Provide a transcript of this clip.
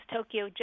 Tokyo